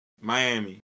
Miami